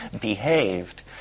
behaved